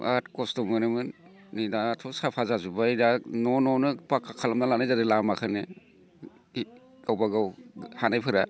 बिराद खस्थ' मोनोमोन नै दाथ' साफा जाजोबबाय दा न' न'आवनो फाखखा खालामना लानाय जादो लामाखोनो गावबा गाव हानायफोरा